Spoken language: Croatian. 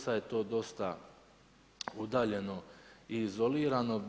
Sad je to dosta udaljeno i izolirano.